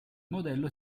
modello